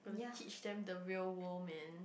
teach them the real world man